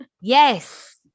Yes